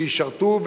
שישרתו,